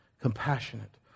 compassionate